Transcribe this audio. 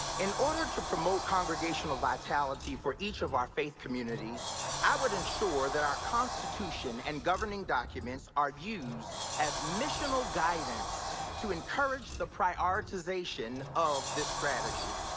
in order to promote congregational vitality for each of our faith communities i would ensure that our constitution and governing documents are used as missional guidance to encourage the priorityization of this strategy.